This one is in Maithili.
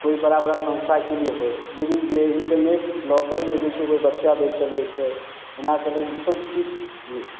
कोइ बड़ा बड़ा संस्थाके लिए होइ हइ लेकिन जे इन्टरनेट लोकल रहय छै ओ बच्चा भी चलबय छै एना चलय उ सभचीज नहि छै